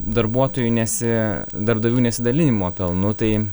darbuotojų nesi darbdavių nesidalinimo pelnu tai